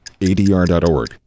ADR.org